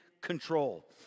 control